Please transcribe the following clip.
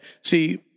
See